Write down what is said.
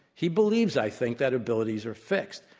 he believes, i think, that abilities are fixed.